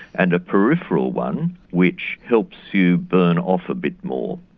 and a peripheral one which helps you burn off a bit more.